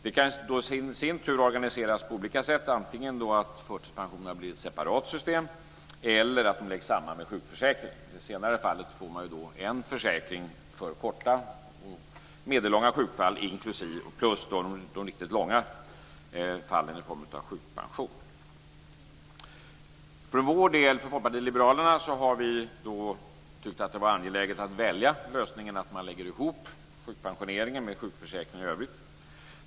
Det i sin tur kan organiseras på olika sätt. Antingen blir förtidspensionerna ett separat system eller så läggs de samman med sjukförsäkringen. I det senare fallet får man en försäkring för korta och medellånga sjukfall plus ett system för de riktigt långa fallen i form av sjukpension. För Folkpartiets liberalernas del har vi tyckt att det varit angeläget att välja lösningen att man lägger ihop sjukpensioneringen med sjukförsäkringen i övrigt.